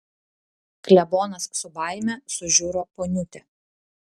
klebonas su baime sužiuro poniutę